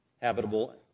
habitable